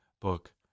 book